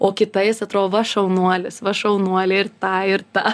o kitais atrodo va šaunuolis va šaunuolė ir tą ir tą